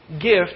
gift